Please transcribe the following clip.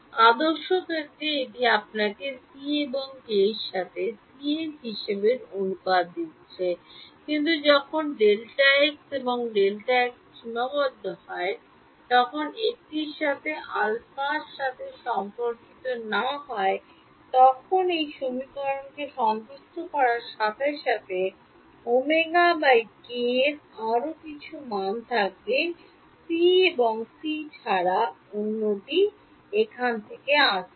আদর্শ ক্ষেত্রে এটি আপনাকে c এবং k এর সাথে c হিসাবে অনুপাত দিচ্ছে কিন্তু যখন Δx এবং Δx সীমাবদ্ধ হয় এবং 1 টির সাথে আলফার সাথে সম্পর্কিত না হয় তখন এই সমীকরণকে সন্তুষ্ট করার সাথে সাথে ω k এর আরও কিছু মান থাকবে সি এবং সি ছাড়া অন্যটি এখানে থেকে আসছে